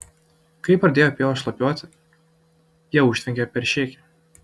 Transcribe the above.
kai pradėjo pievos šlapiuoti jie užtvenkė peršėkę